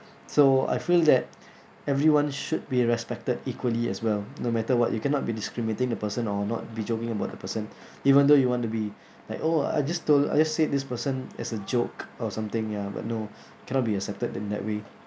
so I feel that everyone should be respected equally as well no matter what you cannot be discriminating the person or not be joking about the person even though you want to be like oh I just told I just said this person as a joke or something ya but no cannot be accepted in that way